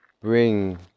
bring